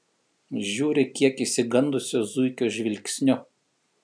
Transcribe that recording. žiūri kiek išsigandusio zuikio žvilgsniu